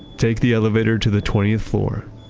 take the elevator to the twentieth floor,